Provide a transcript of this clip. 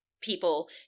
people